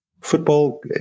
football